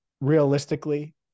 realistically